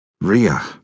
Ria